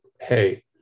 hey